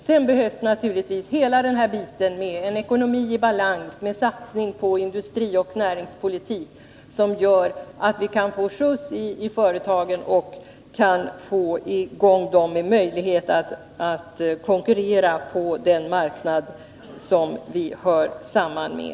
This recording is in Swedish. Sedan behövs naturligtvis en ekonomi i balans och satsningar på industrioch näringspolitik, så att vi kan få skjuts i företagen och få i gång dem, med möjligheter att konkurrera på den marknad som vi hör samman med.